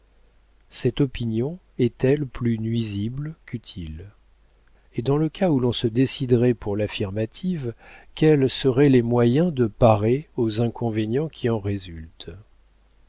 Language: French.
cette opinion est-elle plus nuisible qu'utile et dans le cas où l'on se déciderait pour l'affirmative quels seraient les moyens de parer aux inconvénients qui en résultent